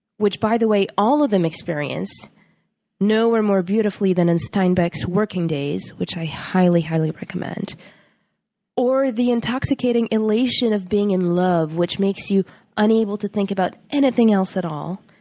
which, by the way, all of them experience nowhere more beautifully than in steinbeck's working days which i highly, highly recommend or the intoxicating elation of being in love which makes you unable to think about anything else at all,